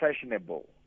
fashionable